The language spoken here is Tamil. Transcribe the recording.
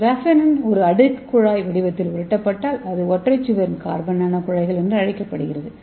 கிராபெனின் ஒரு அடுக்கு குழாய் வடிவத்தில் உருட்டப்பட்டால் அது ஒற்றை சுவர் கார்பன் நானோகுழாய்கள் என்று அழைக்கப்படுகிறது